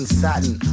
satin